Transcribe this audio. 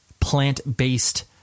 plant-based